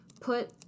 put